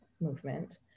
movement